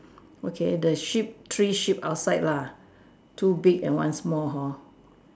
okay the sheep three sheep outside lah two big and one small hor